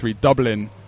Dublin